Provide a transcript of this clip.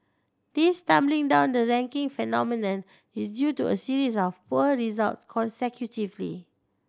this tumbling down the ranking phenomenon is due to a series of poor result consecutively